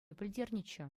пӗлтернӗччӗ